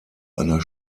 einer